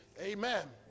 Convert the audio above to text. Amen